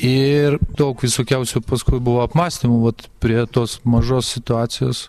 ir daug visokiausių paskui buvo apmąstymų vat prie tos mažos situacijos